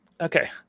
Okay